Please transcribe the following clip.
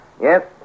Yes